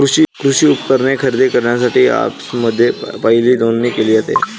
कृषी उपकरणे खरेदी करण्यासाठी अँपप्समध्ये पहिली नोंदणी केली जाते